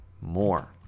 more